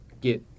get